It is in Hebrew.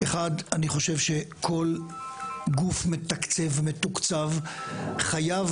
ראשית, אני חושב שכל גוף מתקצב או מתוקצב חייב